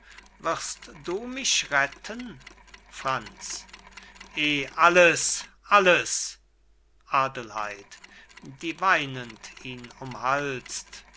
wirst du mich retten franz eh alles alles adelheid die weinend ihn umhalst